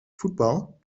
voetbal